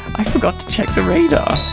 i forgot to check the radar!